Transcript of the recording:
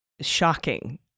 shocking